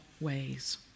ways